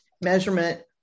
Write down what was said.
measurement